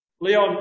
Leon